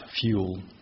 fuel